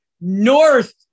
North